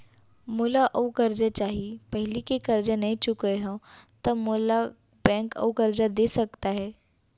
मोला अऊ करजा चाही पहिली के करजा नई चुकोय हव त मोल ला बैंक अऊ करजा दे सकता हे?